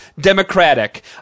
Democratic